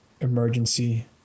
emergency